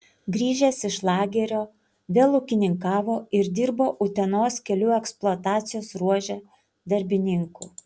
grįžęs iš lagerio vėl ūkininkavo ir dirbo utenos kelių eksploatacijos ruože darbininku